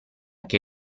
che